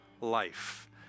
life